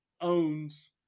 owns